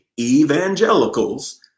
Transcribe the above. evangelicals